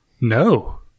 No